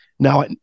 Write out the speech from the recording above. Now